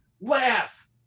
laugh